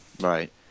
Right